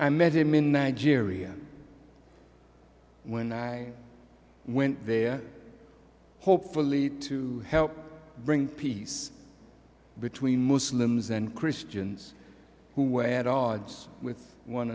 i met him in nigeria when i went there hopefully to help bring peace between muslims and christians who were at odds with one